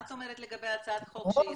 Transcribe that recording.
מה את אומרת לגבי הצעת החוק שהציעו,